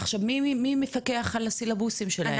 עכשיו, מי מפקח על הסילבוסים שלהם?